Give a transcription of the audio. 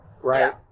right